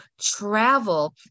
travel